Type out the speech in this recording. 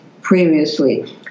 previously